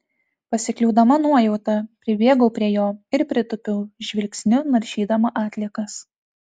pasikliaudama nuojauta pribėgau prie jo ir pritūpiau žvilgsniu naršydama atliekas